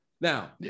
Now